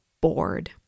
bored